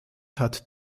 hat